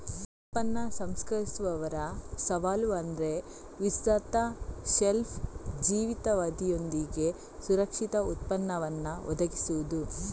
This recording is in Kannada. ಉತ್ಪನ್ನ ಸಂಸ್ಕರಿಸುವವರ ಸವಾಲು ಅಂದ್ರೆ ವಿಸ್ತೃತ ಶೆಲ್ಫ್ ಜೀವಿತಾವಧಿಯೊಂದಿಗೆ ಸುರಕ್ಷಿತ ಉತ್ಪನ್ನವನ್ನ ಒದಗಿಸುದು